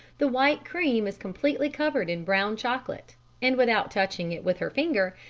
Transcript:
the white creme is completely covered in brown chocolate and, without touching it with her finger,